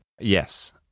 Yes